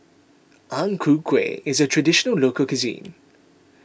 Ang Ku Kueh is a Traditional Local Cuisine